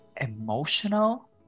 emotional